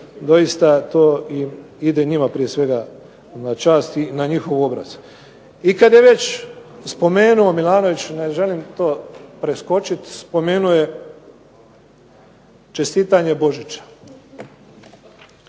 doista to ide njima prije svega na čast i na njihov obraz. I kada je već spomenuo MIlanović ne želim to preskočiti, spomenuo je čestitanje Božića.